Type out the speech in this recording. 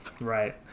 right